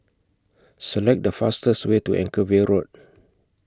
Select The fastest Way to Anchorvale Road